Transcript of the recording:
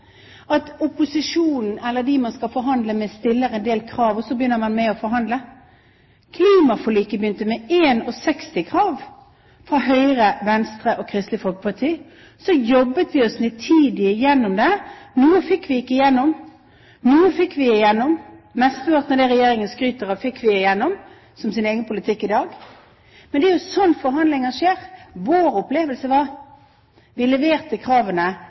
at opposisjonen eller de man skal forhandle med, stiller en del krav, og så begynner man å forhandle. Klimaforliket begynte med 61 krav fra Høyre, Venstre og Kristelig Folkeparti. Så gjorde vi en nitid jobb og gikk gjennom det. Noe fikk vi ikke igjennom, noe fikk vi igjennom. Mesteparten av det Regjeringen skryter av som sin egen politikk i dag, fikk vi igjennom. Men det er jo slik forhandlinger skjer. Vår opplevelse var: Vi leverte kravene